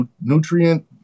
nutrient